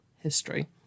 history